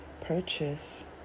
purchase